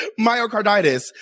Myocarditis